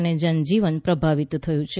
અને જનજીવન પ્રભાવિત થયું છે